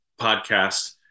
podcast